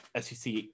SEC